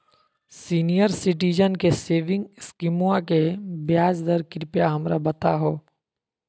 senior citizen के saving स्कीमवा के ब्याज दर कृपया हमरा बताहो